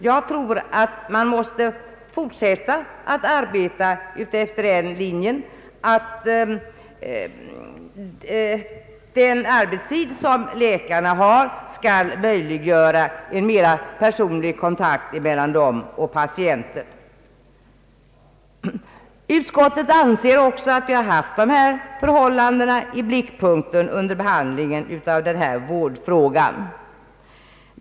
Jag tror att man måste fortsätta efter den linjen, att den arbetstid som läkarna har skall utnyttjas till en mera personlig kontakt mellan dem och patienten. Utskottet anser också att det har haft dessa förhållanden i blickpunkten under behandlingen av denna vårdfråga.